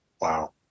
Wow